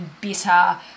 bitter